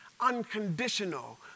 unconditional